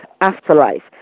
afterlife